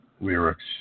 lyrics